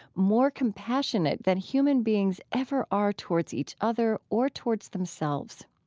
more compassionate than human beings ever are towards each other or towards themselves.